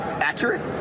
accurate